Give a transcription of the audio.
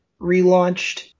relaunched